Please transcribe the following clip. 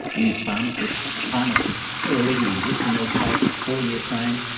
use pharmacists. pharmacists already exist in these places, four-year trained,